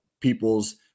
people's